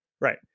Right